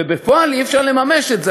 ובפועל אי-אפשר לממש את זה,